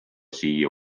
siia